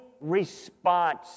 response